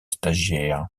stagiaires